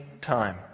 time